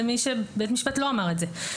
למי שבית משפט לא אמר את זה.